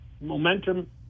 momentum